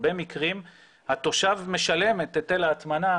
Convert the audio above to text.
הרבה מקרים התושב משלם את היטל ההטמנה